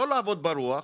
לא לעבוד ברוח,